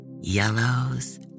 yellows